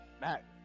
Matt